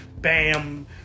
Bam